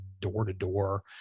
door-to-door